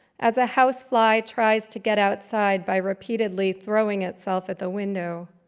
as a housefly tries to get outside by repeatedly throwing itself at the window,